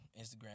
Instagram